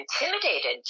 intimidated